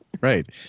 Right